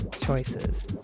choices